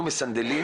אנחנו מסנדלים.